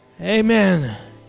amen